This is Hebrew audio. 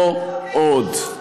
לא עוד.